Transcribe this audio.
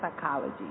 psychology